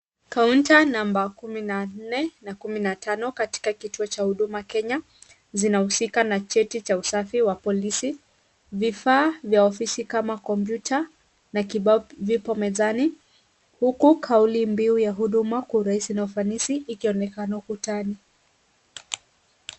Kaunta namba kumi na nne na kumi na tano katika kituo cha huduma Kenya zinahusika na cheti cha usafi wa polisi. Vifaa vya ofisi kama kompyuta na kibao vipo mezani, huku kauli mbiu ya huduma kwa urahisi na ufanisi ikionekana ukutani.